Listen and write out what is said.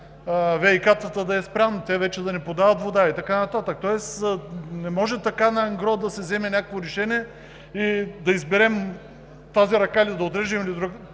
ВиК-тата да е спрян, те вече да не подават вода и така нататък. Тоест не може така ангро да се вземе някакво решение и да изберем тази ръка ли да отрежем или другата.